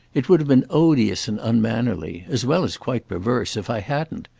it would have been odious and unmannerly as well as quite perverse if i hadn't.